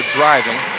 driving